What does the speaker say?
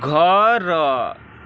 ଘର